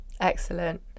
Excellent